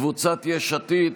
קבוצת סיעת יש עתיד,